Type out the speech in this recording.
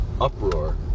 uproar